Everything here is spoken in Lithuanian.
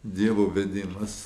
dievo vedimas